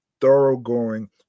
thoroughgoing